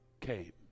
came